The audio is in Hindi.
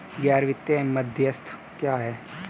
गैर वित्तीय मध्यस्थ क्या हैं?